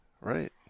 Right